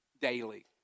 daily